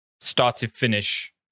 start-to-finish